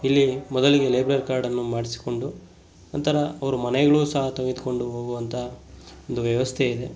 ಇಲ್ಲಿ ಮೊದಲಿಗೆ ಲೈಬ್ರೆರಿ ಕಾರ್ಡನ್ನು ಮಾಡಿಸಿಕೊಂಡು ನಂತರ ಅವ್ರ ಮನೆಗಳ್ಗೂ ಸಹ ತೆಗೆದುಕೊಂಡು ಹೋಗುವಂತ ಒಂದು ವ್ಯವಸ್ಥೆಯಿದೆ